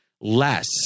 less